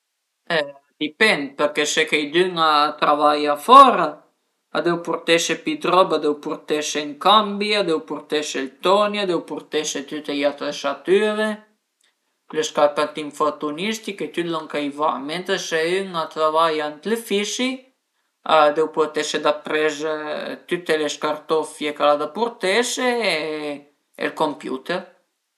Pìu la macchina fotografica, la bütu ën sima dël cavalèt e pöi vardu ën l'ubietìu për pudé futugrafé da bin la persun-a e pöi apres cuandi i sun bin a post cun tüti i setage i fun la foto e pöi dopo i fun vei s'a i pias